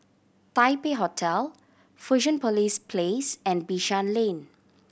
Taipei Hotel Fusionopolis Place and Bishan Lane